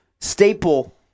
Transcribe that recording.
staple